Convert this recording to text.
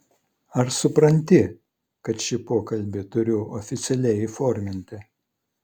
ar supranti kad šį pokalbį turiu oficialiai įforminti